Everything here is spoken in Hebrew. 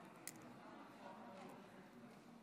ההצבעה: